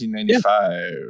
1995